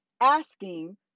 asking